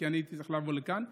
כי הייתי צריך לבוא לכאן.